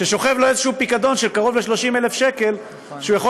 כששוכב לו איזה פיקדון של קרוב ל-30,000 שקל שהוא יכול